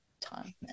time